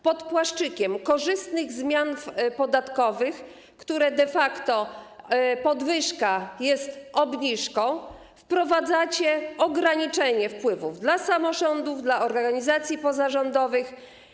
Pod płaszczykiem korzystnych zmian podatkowych, gdzie de facto podwyżka jest obniżką, wprowadzacie ograniczenie wpływów dla samorządów, dla organizacji pozarządowych.